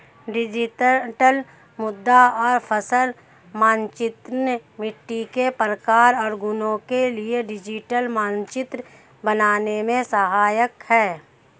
digital मृदा और फसल मानचित्रण मिट्टी के प्रकार और गुणों के लिए डिजिटल मानचित्र बनाने में सहायक है